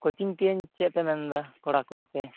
coaching ᱯᱤᱭᱟᱹᱧ ᱪᱮᱫ ᱯᱮ ᱢᱮᱱᱫᱟ ᱠᱚᱲᱟ ᱠᱚ ᱟᱯᱮ